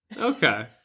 okay